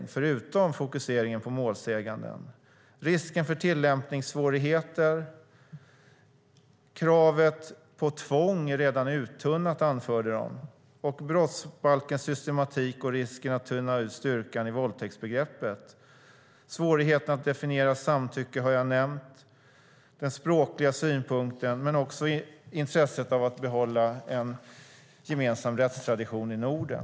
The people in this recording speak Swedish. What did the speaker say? De anförde, förutom fokuseringen på målsäganden, tillämpningssvårigheter, att kravet på tvång redan är uttunnat, brottsbalkens systematik, risken att tunna ut styrkan i våldtäktsbegreppet, svårigheten att definiera samtycke, som jag har nämnt, den språkliga synpunkten men också intresset av att behålla en gemensam rättstradition i Norden.